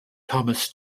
thomas